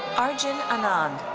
arjun anand.